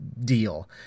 deal